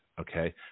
Okay